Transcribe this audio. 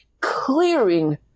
clearing